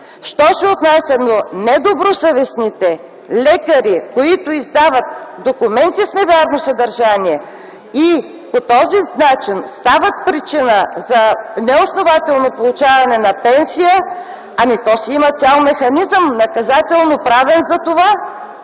Що се отнася до недобросъвестните лекари, които издават документи с невярно съдържание и по този начин стават причина за неоснователно получаване на пенсия, ами, то си има цял наказателноправен